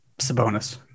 Sabonis